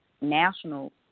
national